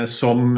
som